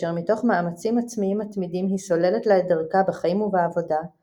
אשר מתוך מאמצים עצמיים מתמידים היא סוללת לה את דרכה בחיים ובעבודה –